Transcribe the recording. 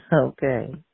Okay